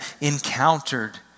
encountered